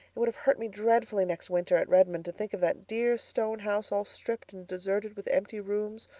it would have hurt me dreadfully next winter at redmond to think of that dear stone house all stripped and deserted, with empty rooms.